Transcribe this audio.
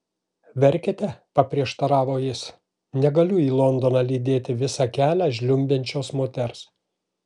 verkiate paprieštaravo jis negaliu į londoną lydėti visą kelią žliumbiančios moters